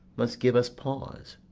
must give us pause